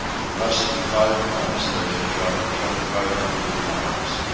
in less than five months they had travelled twenty-five hundred miles,